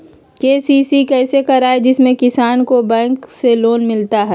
KCC कैसे कराये जिसमे किसान को बैंक से लोन मिलता है?